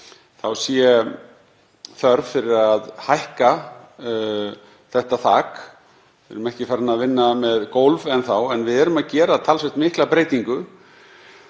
sé þörf fyrir að hækka þetta þak. Við erum ekki farin að vinna með gólf enn þá en við erum að gera talsvert mikla breytingu.